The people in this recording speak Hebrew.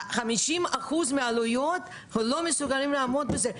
50% מהעלויות ולא מסוגלים לעמוד בזה.